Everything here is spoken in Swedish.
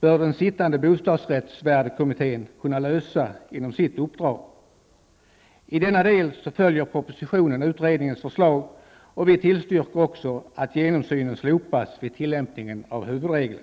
bör den sittande bostadsrättsvärdekommittén kunna lösa inom ramen för sitt uppdrag. I denna del följer regeringen i propositionen utredningens förslag, och vi tillstyrker också att genomsynen slopas vid tillämpning av huvudregeln.